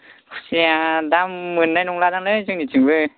खुसिया दा मोननाय नंलादांलै जोंनिथिंबो